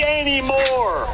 anymore